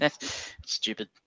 stupid